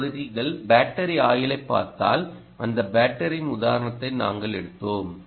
இப்போது நீங்கள் பேட்டரி ஆயுளைப் பார்த்தால் அந்த பேட்டரியின் உதாரணத்தை நாங்கள் எடுத்தோம்